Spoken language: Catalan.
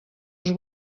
els